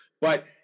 But-